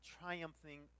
triumphing